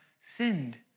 sinned